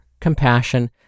compassion